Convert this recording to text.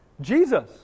Jesus